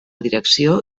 direcció